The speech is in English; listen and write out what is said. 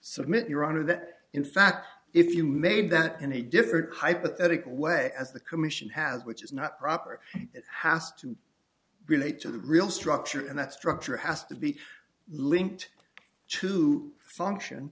submit your honor that in fact if you made that in a different hypothetical way as the commission has which is not proper it has to relate to the real structure and that structure has to be linked to function